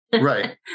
Right